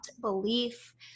belief